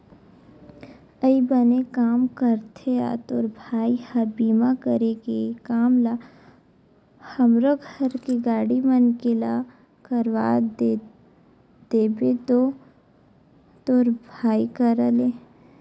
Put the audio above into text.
अई बने काम करथे या तोर भाई ह बीमा करे के काम ल हमरो घर के गाड़ी मन के ला करवा देबे तो तोर भाई करा ले